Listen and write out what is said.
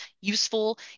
useful